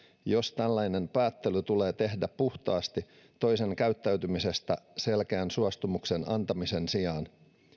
jos tällainen päättely tulee tehdä puhtaasti toisen käyttäytymisestä selkeän suostumuksen antamisen sijaan